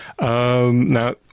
Now